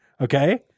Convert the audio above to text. okay